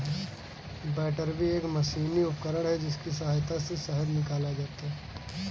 बैटरबी एक मशीनी उपकरण है जिसकी सहायता से शहद निकाला जाता है